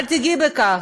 אל תיגעי בזה,